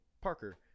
Parker